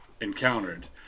encountered